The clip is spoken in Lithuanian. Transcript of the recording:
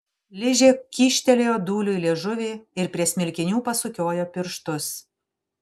ližė kyštelėjo dūliui liežuvį ir prie smilkinių pasukiojo pirštus